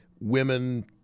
women